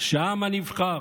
שהעם הנבחר,